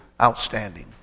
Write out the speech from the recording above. outstanding